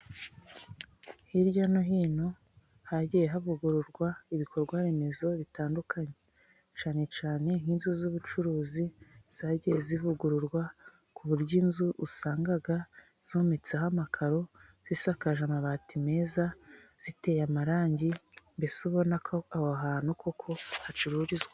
Hirya no hino hagiye havugururwa ibikorwa remezo bitandukanye. Cyane cyane nk'inzu z'ubucuruzi zagiye zivugururwa, ku buryo inzu usanga zometseho amakaro, zisakaje amabati meza, ziteye amarangi, mbese ubona ko aho hantu koko hacururizwa.